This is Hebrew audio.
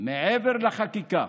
מעבר לחקיקה